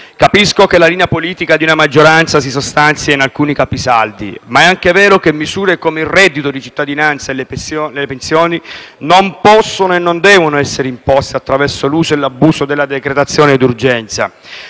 Capisco che la linea politica di una maggioranza si sostanzia in alcuni capisaldi, ma è anche vero che misure come il reddito di cittadinanza e le pensioni non possono e non devono essere imposte attraverso l'uso e l'abuso della decretazione di urgenza.